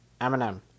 Eminem